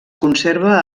conserva